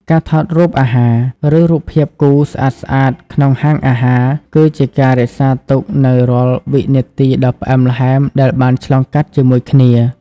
ការថតរូបអាហារ ឬរូបភាពគូស្អាតៗក្នុងហាងអាហារ គឺជាការរក្សាទុកនូវរាល់វិនាទីដ៏ផ្អែមល្ហែមដែលបានឆ្លងកាត់ជាមួយគ្នា។